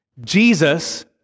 Jesus